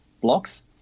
blocks